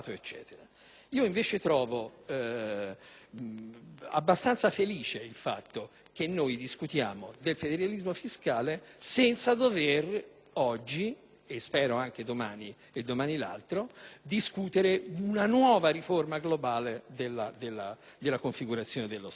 invece, abbastanza positivo il fatto che stiamo dibattendo del federalismo fiscale senza dover oggi - e spero anche domani e domani l'altro - discutere di una nuova riforma globale della configurazione dello Stato.